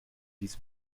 dies